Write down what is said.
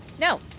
No